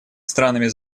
странами